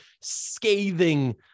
scathing